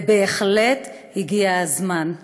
ובהחלט הגיע הזמן.